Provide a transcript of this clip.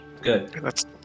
Good